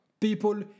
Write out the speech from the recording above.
People